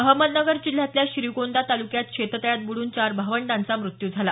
अहमदनगर जिल्ह्यातल्या श्रीगोंदा तालुक्यात शेततळ्यात बुडून चार भावंडांचा मृत्यू झाला